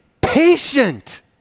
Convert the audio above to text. patient